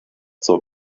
zur